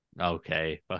Okay